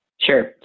Sure